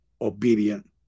obedient